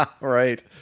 Right